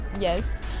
yes